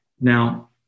now